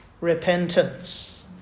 repentance